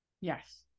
Yes